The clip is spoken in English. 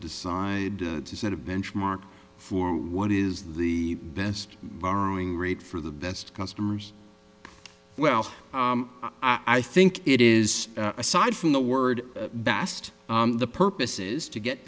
decide to set a benchmark for what is the best borrowing rate for the best customers well i think it is aside from the word best the purpose is to get